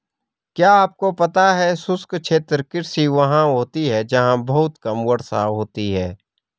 क्या आपको पता है शुष्क क्षेत्र कृषि वहाँ होती है जहाँ बहुत कम वर्षा होती है?